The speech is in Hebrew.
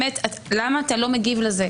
למה אתה לא מגיב לזה,